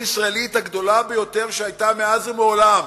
ישראלית הגדולה ביותר שהיתה מאז ומעולם,